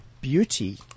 beauty